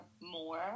more